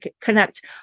connect